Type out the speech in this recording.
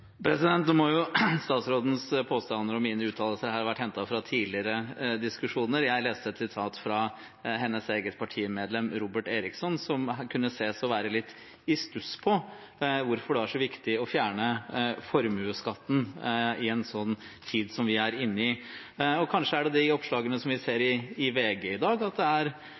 Nå må jo statsrådens påstander om mine uttalelser her ha vært hentet fra tidligere diskusjoner. Jeg leste et sitat fra hennes eget partimedlem Robert Eriksson, som kan sies å være litt i stuss over hvorfor det var så viktig å fjerne formuesskatten i en sånn tid som vi er inne i. Kanskje det er oppslaget vi ser i VG i dag, om at